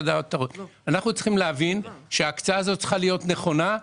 אנחנו צריכים להבין שההקצאה הזאת צריכה להיות נכונה,